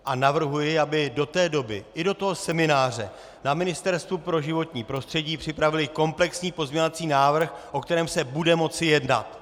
A navrhuji, aby do té doby, i do toho semináře na Ministerstvu pro životní prostředí připravili komplexní pozměňovací návrh, o kterém se bude moci jednat!